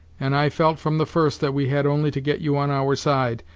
and i felt from the first that we had only to get you on our side,